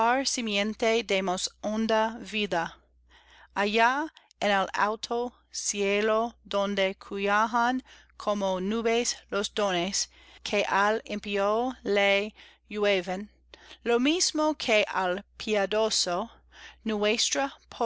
más honda vida allá en el alto cielo donde cuajan como nubes los dones que al impío le llueven lo mismo que al piadoso